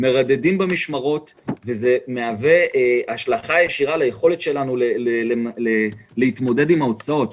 מרדדים במשמרות וזה משליך ישירות על היכולת שלנו להתמודד עם ההוצאות.